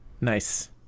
Nice